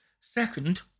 Second